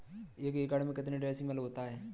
एक एकड़ में कितने डिसमिल होता है?